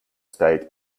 state